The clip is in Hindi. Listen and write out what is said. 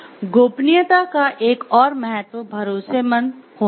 गोपनीयता का एक और महत्व भरोसेमंद होना है